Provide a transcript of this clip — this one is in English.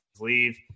leave